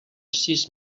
sis